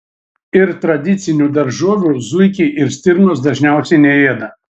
ir tradicinių daržovių zuikiai ir stirnos dažniausiai neėda